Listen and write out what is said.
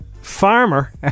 Farmer